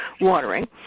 watering